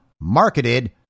marketed